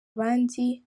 abandi